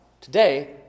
today